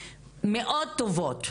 מאוד טובות,